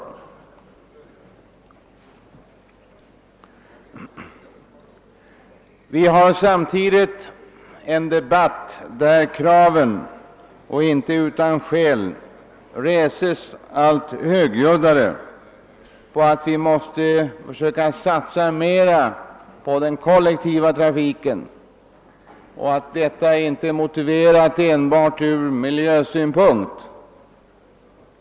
Vi har samtidigt en debatt i vilken kraven på att vi måste satsa mer på den kollektiva irafiken framförs allt högljuddare. Detta sker inte utan skäl. Deita motiveras icke enbart av miljövårdshänsyn.